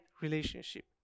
relationship